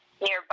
nearby